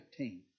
15